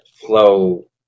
flow